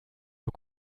für